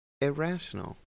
irrational